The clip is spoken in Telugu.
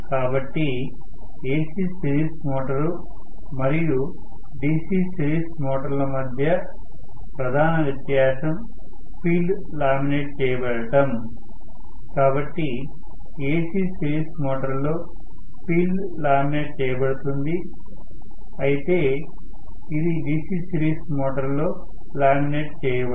కాబట్టి AC సిరీస్ మోటారు మరియు DC సిరీస్ మోటారుల మధ్య ప్రధాన వ్యత్యాసం ఫీల్డ్ లామినేట్ చేయబడటం కాబట్టి AC సిరీస్ మోటారు లో ఫీల్డ్ లామినేట్ చేయబడుతుంది అయితే ఇది DC సిరీస్ మోటారులో లామినేట్ చేయబడదు